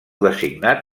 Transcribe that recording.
designat